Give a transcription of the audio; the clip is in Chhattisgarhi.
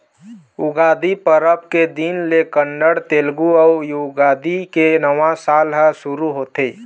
उगादी परब के दिन ले कन्नड़, तेलगु अउ युगादी के नवा साल ह सुरू होथे